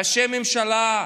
ראשי ממשלה,